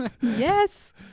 Yes